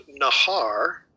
Nahar